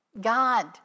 God